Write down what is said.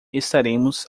estaremos